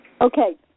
Okay